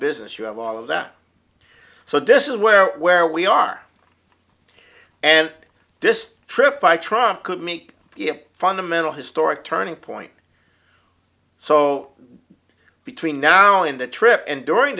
business you have all of that so this is where where we are and this trip by truck could make a fundamental historic turning point so between now and the trip and during